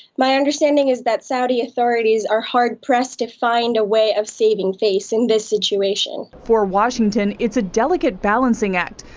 my understanding is that saudi authorities are hard pressed to find a way of saving facing this situation for washington, it's a delicate balancing act.